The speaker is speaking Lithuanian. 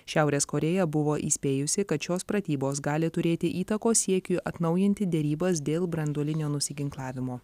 šiaurės korėja buvo įspėjusi kad šios pratybos gali turėti įtakos siekiui atnaujinti derybas dėl branduolinio nusiginklavimo